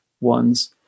ones